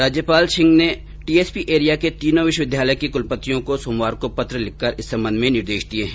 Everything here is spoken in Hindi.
राज्यपाल श्री सिंह ने टीएसपी एरिया के तीनों विश्वविद्यालयों के कुलपतियों को सोमवार को पत्र भेजकर इस संबंध में निर्देश दिये हैं